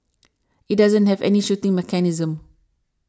it doesn't have any shooting mechanism